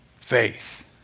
Faith